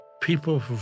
People